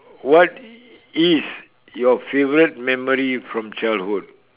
what is your favourite memory from childhood